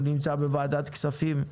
הוא נמצא בוועדת הכספים,